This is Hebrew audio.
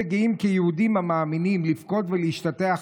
מדובר על